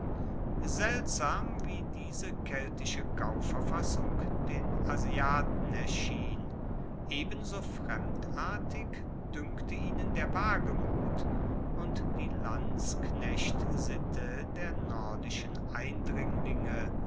seltsam wie diese keltische gauverfassung den asiaten erschien ebenso fremdartig duenkte ihnen der wagemut und die landsknechtsitte der nordischen eindringlinge